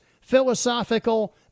philosophical